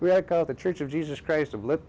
we call the church of jesus christ of lip